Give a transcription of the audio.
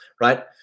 right